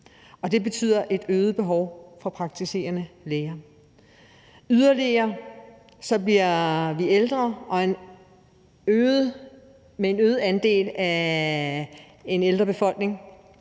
det betyder et øget behov for praktiserende læger. Yderligere bliver vi flere ældre med en øget andel af ældre i befolkningen,